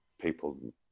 people